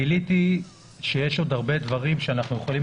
גיליתי שיש עוד הרבה דברים שאנחנו יכולים